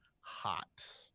hot